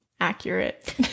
accurate